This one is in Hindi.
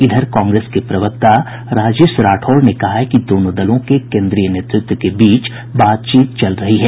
इधर कांग्रेस के प्रवक्ता राजेश राठौड़ ने कहा है कि दोनों दलों के केन्द्रीय नेतृत्व के बीच बातचीत चल रही है